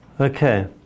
Okay